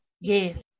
Yes